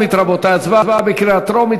הצבעה בקריאה טרומית.